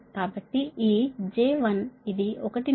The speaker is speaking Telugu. కాబట్టి ఈ j 1 ఇది ఒకటి నుండి j 0